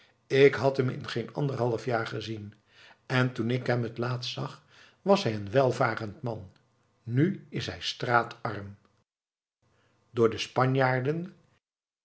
ik had hem in geen anderhalf jaar gezien en toen ik hem het laatst zag was hij een welvarend man nu is hij straatarm door de spanjaarden